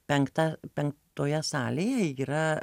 penkta penktoje salėje yra